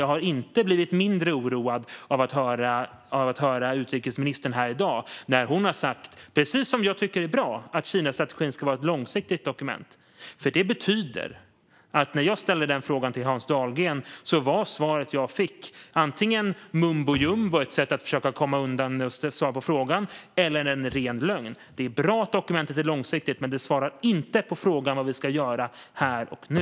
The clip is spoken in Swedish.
Jag har inte blivit mindre orolig av att höra utrikesministern här i dag när hon har sagt att Kinastrategin ska vara ett långsiktigt dokument. Det tycker jag är bra, men det betyder också att när jag ställde frågan till Hans Dahlgren var svaret jag fick antingen mumbojumbo och ett sätt att försöka komma undan att svara på frågan eller en ren lögn. Det är bra att dokumentet är långsiktigt, men det svarar inte på frågan om vad vi ska göra här och nu.